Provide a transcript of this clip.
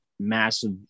massive